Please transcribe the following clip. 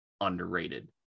underrated